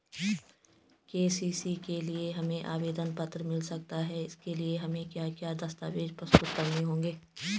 KCC के लिए हमें आवेदन पत्र मिल सकता है इसके लिए हमें क्या क्या दस्तावेज़ प्रस्तुत करने होंगे?